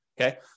Okay